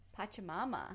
Pachamama